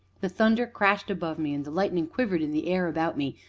the thunder crashed above me, and the lightning quivered in the air about me,